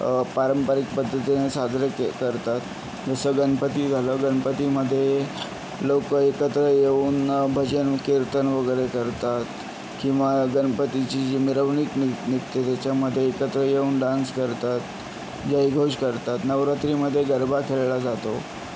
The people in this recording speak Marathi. पारंपरिक पद्धतीने साजरे के करतात जसं गणपती झालं गणपतीमध्ये लोक एकत्र येऊन भजन कीर्तन वगैरे करतात किंवा गणपतीची जी मिरवणूक नि निघते त्याच्यामध्ये एकत्र येऊन डान्स करतात जयघोष करतात नवरात्रीमध्ये गरबा खेळला जातो